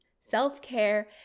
self-care